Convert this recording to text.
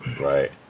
Right